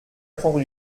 prendre